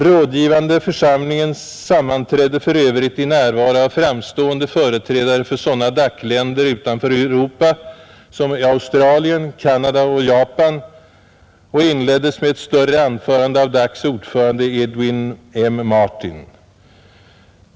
Rådgivande församlingen sammanträdde för övrigt i närvaro av framstående företrädare för sådana DAC-länder utanför Europa som Australien, Canada och Japan, och diskussionen inleddes med ett större anförande av DAC:s ordförande Edwin M. Martin.